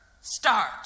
start